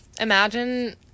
Imagine